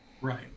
Right